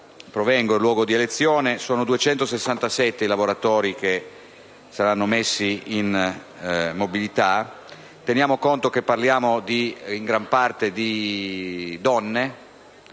provengo e luogo di elezione) sono 267 i lavoratori che saranno messi in mobilità. Teniamo conto che parliamo in gran parte di donne